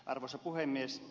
arvoisa puhemies